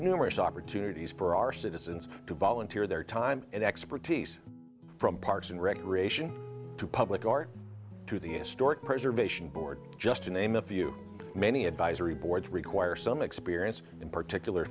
numerous opportunities for our citizens to volunteer their time and expertise from parks and recreation to public art to the historic preservation board just to name a few many advisory boards require some experience in particular